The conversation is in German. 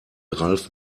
ralf